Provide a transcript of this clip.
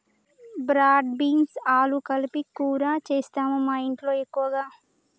broad beans ఆలు కలిపి కూర చేస్తాము మాఇంట్లో ఎక్కువగా